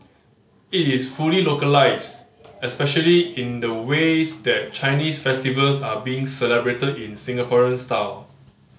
it is fully localised especially in the ways that Chinese festivals are being celebrated in Singaporean style